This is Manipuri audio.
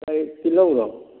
ꯀꯔꯤ ꯇꯤꯜꯍꯧꯔꯣ